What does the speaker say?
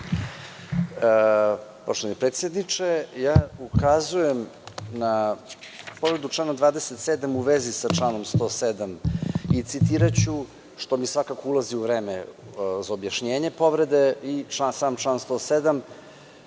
Poštovani predsedniče, ukazujem na povredu člana 27, a u vezi sa članom 107. Citiraću, što mi svakako ulazi u vreme za objašnjenje povrede, sam član 107.